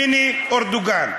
מיני-אורדוגן.